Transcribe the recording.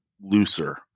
looser